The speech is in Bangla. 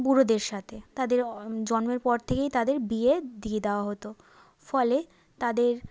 বুড়োদের সাথে তাদের জন্মের পর থেকেই তাদের বিয়ে দিয়ে দেওয়া হতো ফলে তাদের